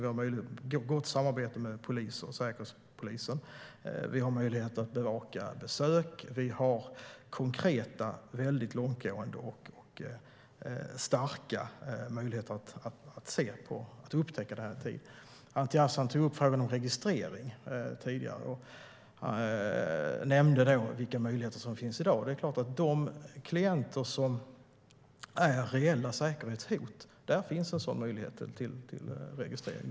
Det finns ett gott samarbete med polis och säkerhetspolis. Det är möjligt att bevaka besök. Det finns konkreta, långtgående och starka möjligheter att se och upptäcka radikalisering i tid. Anti Avsan tog upp frågan om registrering och nämnde vilka möjligheter som finns i dag. För de klienter som är reella säkerhetshot finns möjlighet till registrering.